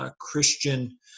Christian